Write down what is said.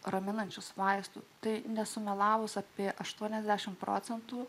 raminančių vaistų tai nesumelavus apie aštuoniasdešimt procentų